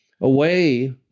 away